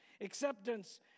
Acceptance